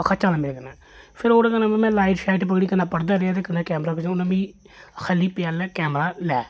ओह् आक्खा दा चल मेरे कन्नै फिर ओह्दे कन्नै में लाइट शाइट पकड़ी कन्नै पढ़दा रेहा ते कन्नै कैमरा उन्नै मिगी खाल्ली पैह्लें कैमरा ले